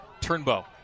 Turnbow